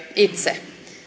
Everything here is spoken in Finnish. itse